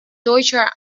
deutscher